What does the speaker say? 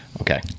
okay